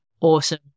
awesome